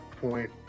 point